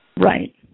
Right